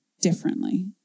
differently